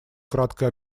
краткое